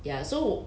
ya so